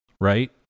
right